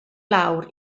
lawr